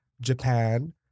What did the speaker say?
japan